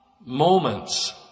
moments